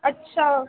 اچّھا